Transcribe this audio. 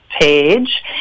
page